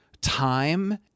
time